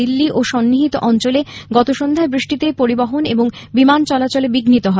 দিল্লি ও সন্নিহিত অঞ্চলে গতসন্ধ্যায় বৃষ্টিতে পরিবহণ এবং বিমান চলাচল বিঘ্নিত হয়